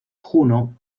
juno